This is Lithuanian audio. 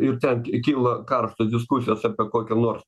ir ten kyla karštos diskusijos apie kokio nors